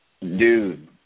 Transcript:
Dude